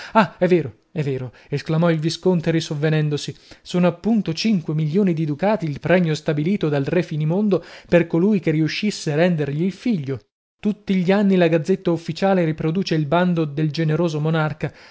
ah è vero è vero esclamò il visconte risovvenendosi sono appunto cinque milioni di ducati il premio stabilito dal re finimondo per colui che riuscisse a rendergli il figlio tutti gli anni la gazzetta ufficiale riproduce il bando del generoso monarca